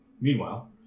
Meanwhile